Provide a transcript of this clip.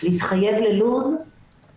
אנחנו יושבים ובונים סוג של אינטגרציה של